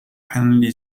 andy